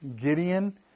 Gideon